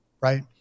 right